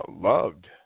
loved